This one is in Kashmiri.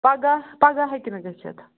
پگاہ پگاہ ہٮ۪کہِ نہٕ گٔژھِتھ